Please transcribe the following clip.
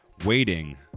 waiting